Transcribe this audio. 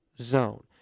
zone